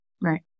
right